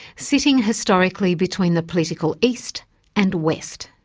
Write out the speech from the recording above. sitting historically between the political east and west.